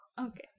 Okay